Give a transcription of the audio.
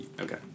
Okay